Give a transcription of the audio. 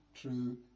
true